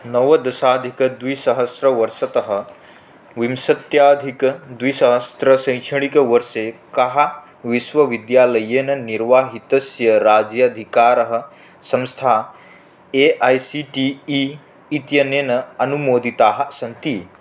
नवदशाधिकद्विसहस्रवर्षतः विंशत्यधिकद्विहस्रशैक्षणिकवर्षे कः विश्वविद्यालयेन निर्वाहितस्य राज्याधिकारः संस्थाः A I C T E इत्यनेन अनुमोदिताः सन्ति